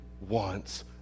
wants